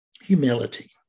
Humility